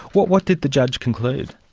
what what did the judge conclude?